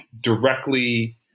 directly